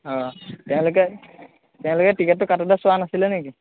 অঁ তেওঁলোকে তেওঁলোকে টিকেটটো কাটোতে চোৱা নাছিলে নেকি